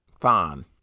Fine